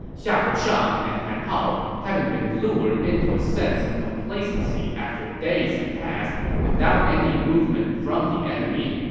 xiahou shang and han hao, having been lured into a sense of complacency after days had passed without any movement from the enemy,